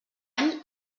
any